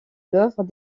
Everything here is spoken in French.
l’œuvre